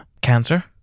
cancer